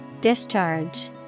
Discharge